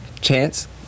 Chance